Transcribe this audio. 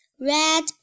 Red